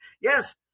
Yes